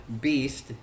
beast